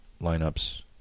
lineups